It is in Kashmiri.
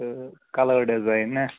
تہٕ کلٲڈ ڈِزایِن نا